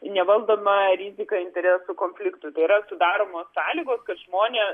nevaldoma rizika interesų konfliktų tai yra sudaromos sąlygos kad žmonės